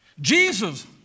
Jesus